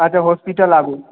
अच्छा हॉस्पिटल आबू